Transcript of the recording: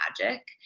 magic